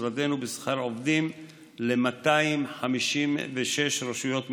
משרדנו בשכר עובדים ל-256 רשויות מקומיות.